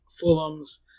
Fulham's